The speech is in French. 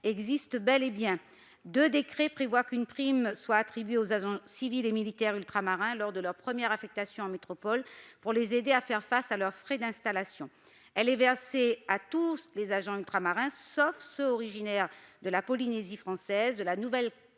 existe bel et bien. Deux décrets prévoient qu'une prime soit attribuée aux agents civils et militaires ultramarins lors de la première affectation en métropole pour les aider à faire face à leurs frais d'installation. Elle est versée à tous les agents ultramarins, sauf ceux originaires de la Polynésie française, de la Nouvelle-Calédonie